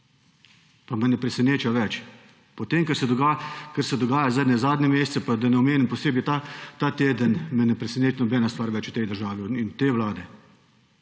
Pa me ne preseneča več. Po tem, kar se dogaja zdaj ene zadnje mesece, pa da ne omenim posebej ta teden, me ne preseneti nobena stvar več v tej državi in te vlade.